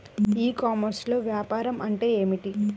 ఈ కామర్స్లో వ్యాపారం అంటే ఏమిటి?